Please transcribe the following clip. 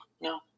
No